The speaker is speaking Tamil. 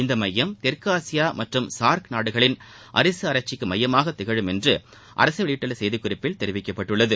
இந்த மையம் தெற்காசியா மற்றும் சார்க் நாடுகளின் அரிசி ஆராய்ச்சிக்கு மையமாக திகழும் என்று அரசு வெளியிட்டுள்ள செய்திக்குறிப்பில் தெரிவிக்கப்பட்டுள்ளது